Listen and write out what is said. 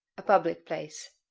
a public place